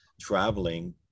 traveling